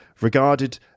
regarded